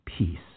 peace